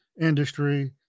industry